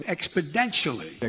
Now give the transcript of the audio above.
Exponentially